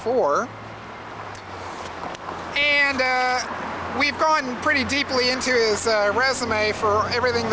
four and we've done pretty deeply into is a resume for everything